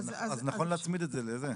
אז נכון להצמיד את זה לזה.